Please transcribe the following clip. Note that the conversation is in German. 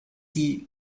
sie